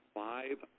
five